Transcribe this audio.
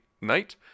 night